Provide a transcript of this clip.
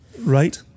Right